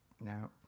Now